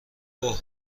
اوه